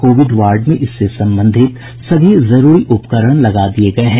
Covid ward में इससे संबंधित सभी जरूरी उपकरण लगा दिये गये हैं